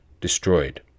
destroyed